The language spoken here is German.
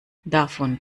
davon